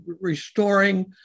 restoring